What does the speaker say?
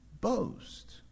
boast